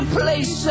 place